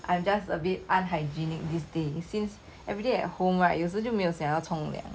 I am just a bit unhygienic these days since everyday at home right 有时就没有想要冲凉